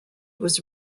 was